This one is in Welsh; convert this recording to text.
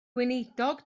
gweinidog